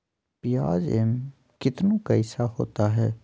प्याज एम कितनु कैसा होता है?